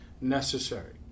necessary